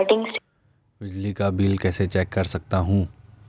बिजली का बिल कैसे चेक कर सकता हूँ?